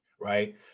right